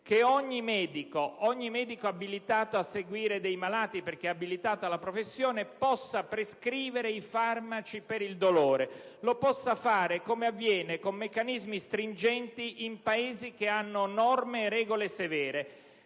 che ogni medico, abilitato a seguire dei malati perché abilitato alla professione, possa prescrivere i farmaci per il dolore e lo possa fare come avviene, con meccanismi stringenti, in Paesi che hanno norme e regole severe.